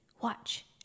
Watch